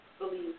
believe